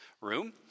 room